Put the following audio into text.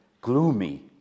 gloomy